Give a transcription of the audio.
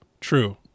True